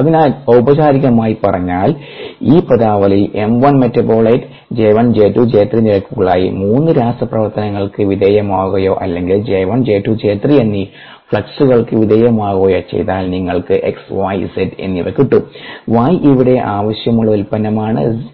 അതിനാൽ ഔപചാരികമായി പറഞ്ഞാൽ ഈ പദാവലിയിൽ M 1 മെറ്റാബോലൈറ്റ് J1J2J3 നിരക്കുകളുമായി 3 രാസപ്രവർത്തനങ്ങൾക്ക് വിധേയമാവുകയോ അല്ലെങ്കിൽ J1J2J3 എന്നീ ഫ്ലക്സുകൾക്ക് വിധേയമാവുകയോ ചെയ്താൽ നിങ്ങൾക്ക് XYZ എന്നിവ കിട്ടും Y ഇവിടെ ആവശ്യമുള്ള ഉൽപ്പന്നമാണെന്ന്